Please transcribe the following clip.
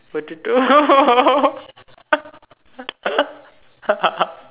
potato